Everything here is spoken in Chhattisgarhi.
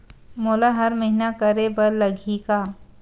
मोला हर महीना करे बर लगही का?